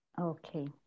Okay